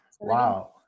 Wow